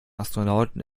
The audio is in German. astronauten